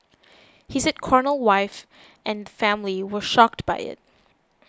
he said Cornell wife and family were shocked by it